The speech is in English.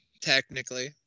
Technically